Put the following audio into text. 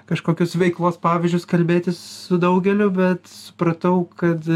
kažkokios veiklos pavyzdžius kalbėtis su daugeliu bet supratau kad